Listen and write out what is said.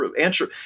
answer